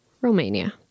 Romania